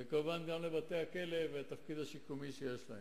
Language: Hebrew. וכמובן גם לבתי-הכלא בתפקיד השיקומי שיש להם.